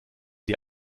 die